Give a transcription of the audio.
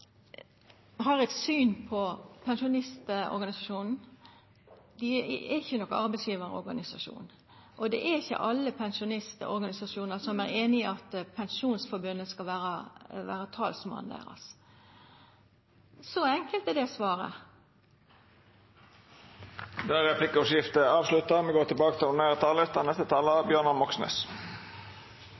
har eit syn på pensjonistorganisasjonane: Dei er ikkje arbeidsgjevarorganisasjonar. Og det er ikkje alle pensjonistorganisasjonar som er einig i at Pensjonistforbundet skal vera talerøyret deira. Så enkelt er det svaret. Replikkordskiftet er avslutta. Pensjonsreformen er urettferdig. Den rammer mange hardt og